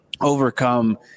overcome